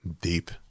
deep